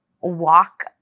walk